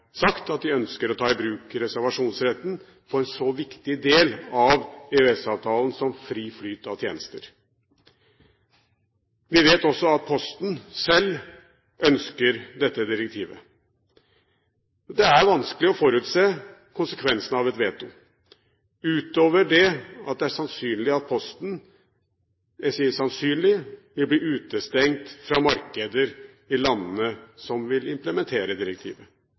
sagt at de ønsker å ta i bruk reservasjonsretten på en så viktig del av EØS-avtalen som fri flyt av tjenester. Vi vet også at Posten selv ønsker dette direktivet. Det er vanskelig å forutse konsekvensene av et veto, utover det at det er sannsynlig at Posten – jeg sier sannsynlig – vil bli utestengt fra markeder i landene som vil implementere direktivet.